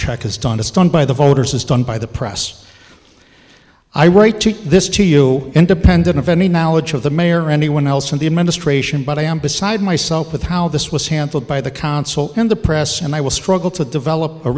check is done it's done by the voters is done by the press i write to this to you independent of any knowledge of the mayor or anyone else in the administration but i am beside myself with how this was handled by the council and the press and i will struggle to develop a